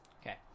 Okay